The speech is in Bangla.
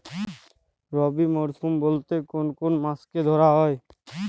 রবি মরশুম বলতে কোন কোন মাসকে ধরা হয়?